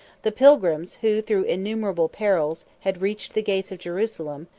the pilgrims, who, through innumerable perils, had reached the gates of jerusalem,